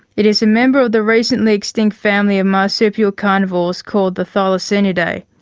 it is a member of the recently extinct family of marsupial carnivores called the thylacinidae.